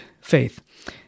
faith